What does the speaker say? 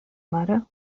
mare